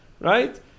Right